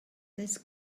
this